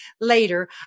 later